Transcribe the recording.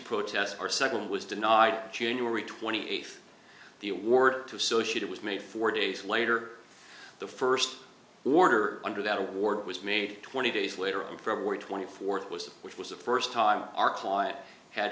protest our second was denied january twenty eighth the award to associate it was made four days later the first order under that award was made twenty days later on february twenty fourth was which was the first time